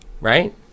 right